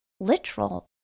literal